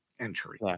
entry